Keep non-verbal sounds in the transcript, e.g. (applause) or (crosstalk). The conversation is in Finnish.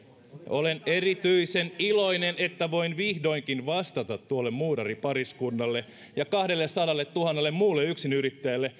olen erityisen iloinen että voin vihdoinkin vastata tuolle muuraripariskunnalle ja kahdellesadalletuhannelle muulle yksinyrittäjälle (unintelligible)